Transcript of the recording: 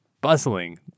bustling